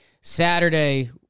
Saturday